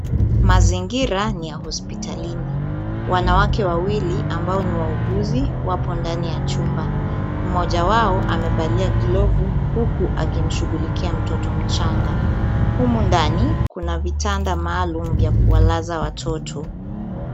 Mazingira ni ya hospitalini. Wanawake wawili ambao ni wauguzi wapo ndani ya chumba. Mmoja wao amevalia glovu huku akimshughulikia mtoto mchanga. Humu ndani kuna vitanda maalumu vya kuwalaza watoto.